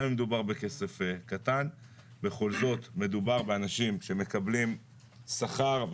גם אם מדובר בכסף קטן בכל זאת מדובר באנשים שמקבלים שכר,